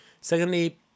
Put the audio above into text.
Secondly